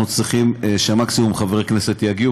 אנחנו צריכים שמקסימום חברי כנסת יגיעו,